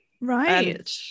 right